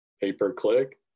Pay-per-click